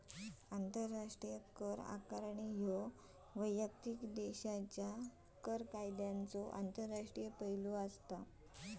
आंतरराष्ट्रीय कर आकारणी ह्या वैयक्तिक देशाच्यो कर कायद्यांचो आंतरराष्ट्रीय पैलू असा